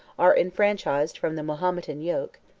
are enfranchised from the mahometan yoke.